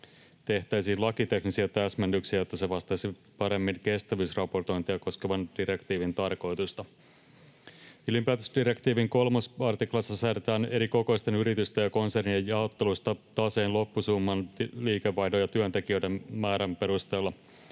tehtäisiin lakiteknisiä täsmennyksiä, jotta se vastaisi paremmin kestävyysraportointia koskevan direktiivin tarkoitusta. Tilinpäätösdirektiivin 3 artiklassa säädetään eri kokoisten yritysten ja konsernien jaottelusta taseen loppusumman, liikevaihdon ja työntekijöiden määrän perusteella.